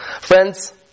friends